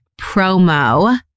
promo